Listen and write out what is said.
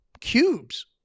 cubes